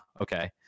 okay